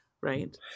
right